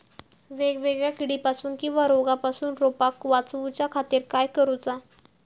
वेगवेगल्या किडीपासून किवा रोगापासून रोपाक वाचउच्या खातीर काय करूचा?